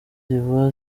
ziba